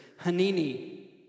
Hanini